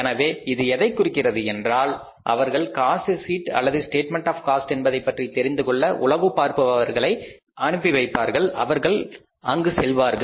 எனவே இது எதைக் குறிக்கிறது என்றால் அவர்கள் காஸ்ட் ஷீட் அல்லது ஸ்டேட்மெண்ட் ஆஃ காஸ்ட் என்பதை பற்றி தெரிந்துகொள்ள உளவு பார்ப்பவர்களாக செல்வார்கள்